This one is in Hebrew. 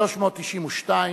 392